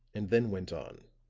and then went on.